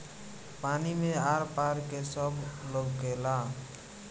पानी मे आर पार के सब लउकेला